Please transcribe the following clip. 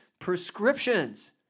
prescriptions